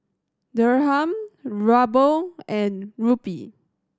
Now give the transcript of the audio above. Dirham Ruble and Rupee